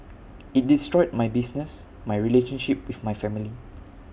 IT destroyed my business my relationship with my family